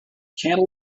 candle